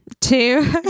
Two